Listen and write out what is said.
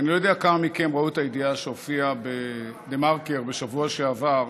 אני לא יודע כמה מכם ראו את הידיעה שהופיעה בדה-מרקר בשבוע שעבר,